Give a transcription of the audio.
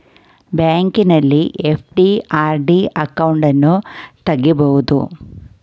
ಬ್ಯಾಂಕಲ್ಲಿ FD, RD ಅಕೌಂಟನ್ನು ತಗಿಬೋದು